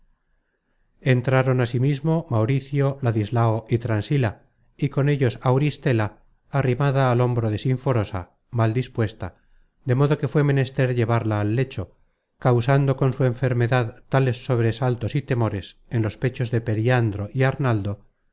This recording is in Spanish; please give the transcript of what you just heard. entraron asimismo mauricio ladislao y transila y con ellos auristela arrimada al hombro de sinforosa mal dispuesta de modo que fué menester llevarla al lecho causando con su enfermedad tales sobresaltos y temores en los pechos de periandro y arnaldo